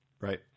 Right